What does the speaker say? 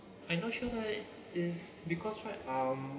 I not sure why is because right um